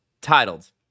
titled